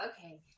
Okay